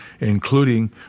including